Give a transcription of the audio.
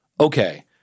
Okay